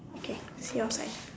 okay your side